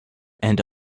and